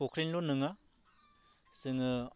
फ'ख्रिनिल' नोङा जोङो